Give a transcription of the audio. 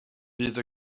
bydd